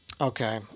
okay